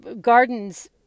gardens